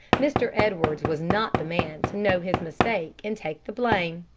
mr. edwards was not the man to know his mistake and take the blame.